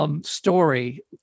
Story